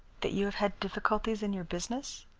that you have had difficulties in your business?